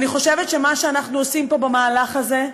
אני חושבת שמה שאנחנו עושים פה, במהלך הזה,